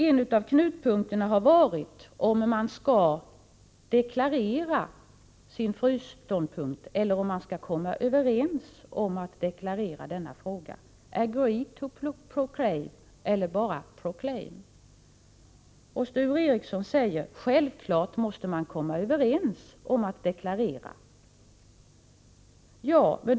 En av knutpunkterna har varit om man skall deklarera sin frysståndpunkt eller om man skall komma överens om att deklarera agree to proclaim eller bara proclaim. Sture Ericson säger att man självklart måste komma överens om att deklarera.